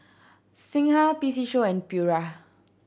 Singha P C Show and Pura